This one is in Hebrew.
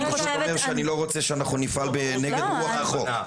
אני פשוט אומר שאני לא רוצה שנפעל נגד רוח החוק.